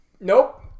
nope